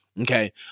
Okay